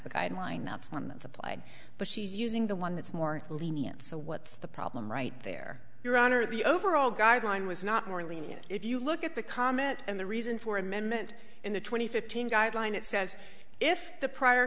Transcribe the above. the guideline that's one that's applied but she's using the one that's more lenient so what's the problem right there your honor the overall guideline was not more lenient if you look at the comment and the reason for amendment in the twenty fifteen guideline it says if the prior